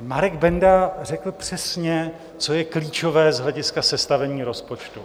Marek Benda řekl přesně, co je klíčové z hlediska sestavení rozpočtu.